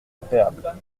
agréable